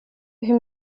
hur